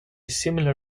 similar